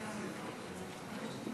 גברתי היושבת-ראש, מכובדי השר, חברים,